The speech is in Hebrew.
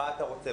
מה אתה רוצה?